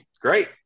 great